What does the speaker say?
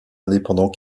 indépendant